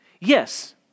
Yes